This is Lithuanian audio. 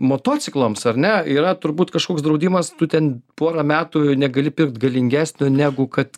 motociklams ar ne yra turbūt kažkoks draudimas tu ten porą metų negali pirkt galingesnio negu kad